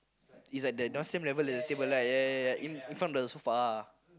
is like the you know same level as the table right ya ya ya in in front of the sofa